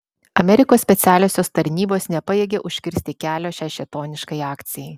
amerikos specialiosios tarnybos nepajėgė užkirsti kelio šiai šėtoniškai akcijai